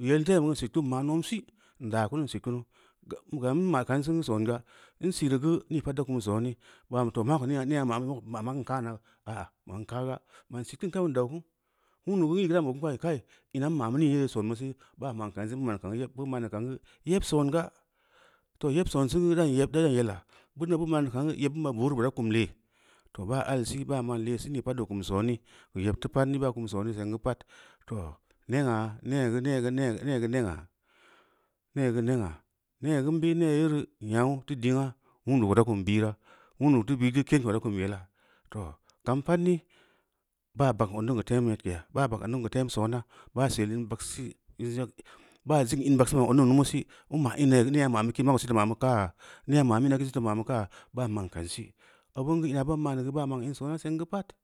‘i’ yel temigu’u in sitkunu i’ ma nimsi ndakunu in sitkunu gam mmaken sengu’u songa’ ən siri gu’u ni pa’at da kum sone mban bu ko neya’a-neya’a ən siti gu’u ni pa’at da kum sone’ mamu-maman kana’a ‘a’ a gaga’a mamu maman kana’a ‘a’ ‘a’ nim gaga’a ən sitkun kawai an dau kunu wundu’u g’u ‘i’ gu’u ndan bob mba kai ini an mmamu ninye son muse’ bu ma’an kann gu’u yebsonga toh yehsonser gu’u dara’an yeb yela’a bu’un bu ma’an kangu’u yeb bu’un boru ko da kum le’ toh ba alsii ba ma’an lesi ne sit o kum son’` ku yabdu’u pa’at ba kum soné sengu’u pa’at toh ne’a’ negu’u-negu’u ne’a’-negu’u ne’a-negu’u ned negu’u mbe ne’a yeru nyanyauta diŋ’a’ wundu’u da kum biro’a wundu’u tu bi du kén ko’o da ban yelo’a toh kam pəat ni’i ba mbana ot niŋ ku tem nyatkeya ba mbang ot niŋ ku tem sona ba sel ən vaksusi ən ʒak ba siŋ numu si mma ini neyo mamu kini sai to’o mamu ka’a neya mamu ina sai to’o mamu ka’a ba ma’am ikansi abən gə ba maan ni gə ba ma’a in soná sengə pa’at.